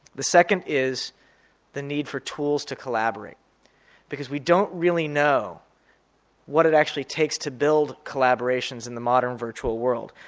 the second is the need for tools to collaborate because we don't really know what it actually takes to build collaborations in the modern virtual world.